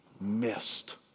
missed